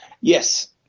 Yes